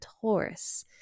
taurus